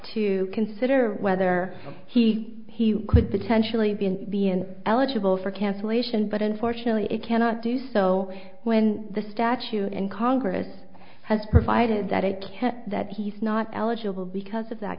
to consider whether he could potentially be an be an eligible for cancellation but unfortunately it cannot do so when the statute and congress has provided that it can that he's not eligible because of that